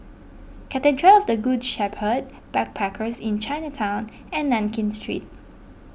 Cathedral of the Good Shepherd Backpackers Inn Chinatown and Nankin Street